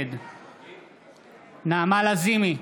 נגד נעמה לזימי,